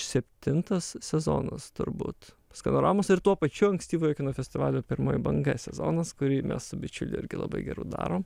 septintas sezonas turbūt skanoramos ir tuo pačiu ankstyvojo kino festivalio pirmoji banga sezonas kurį mes su bičiuliu irgi labai geru darom